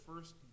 first